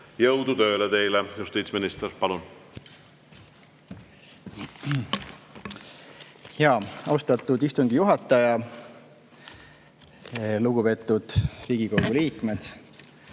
jõudu tööle teile, justiitsminister! Palun! Austatud istungi juhataja! Lugupeetud Riigikogu liikmed!